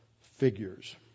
figures